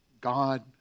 God